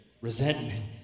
resentment